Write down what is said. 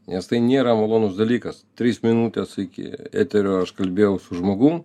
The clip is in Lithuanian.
nes tai nėra malonus dalykas trys minutės iki eterio aš kalbėjau su žmogum